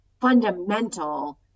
fundamental